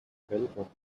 prellbock